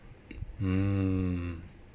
hmm